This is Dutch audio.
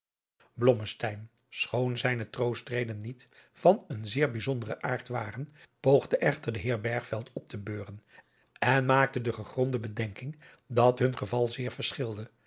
schoon zijne troostredenen niet van een zeer bijzonderen aard waren poogde echter den heer bergveld op te beuren en maakte de gegronadriaan loosjes pzn het leven van johannes wouter blommesteyn de de bedenking dat hun geval zeer verschilde